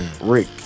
Rick